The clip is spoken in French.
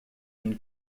une